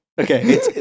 Okay